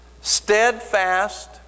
steadfast